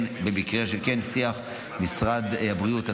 במקרה של שיח עם משרד הבריאות,